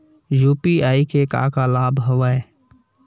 UPI के का का लाभ हवय?